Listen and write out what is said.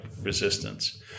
resistance